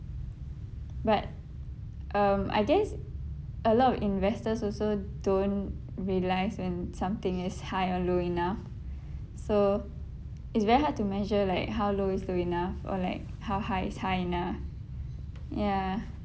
but um I guess a lot of investors also don't realise when something is high or low enough so it's very hard to measure like how low is low enough or like how high is high enough ya